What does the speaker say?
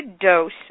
dose